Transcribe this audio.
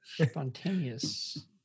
Spontaneous